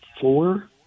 four